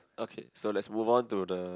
okay so let's move on to the